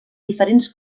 diferents